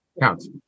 counts